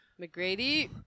McGrady